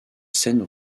scènes